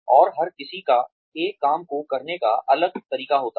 और हर किसी का एक काम को करने का तरीका अलग होता है